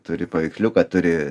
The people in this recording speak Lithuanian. turi paveiksliuką turi